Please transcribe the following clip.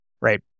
Right